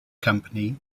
company